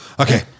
okay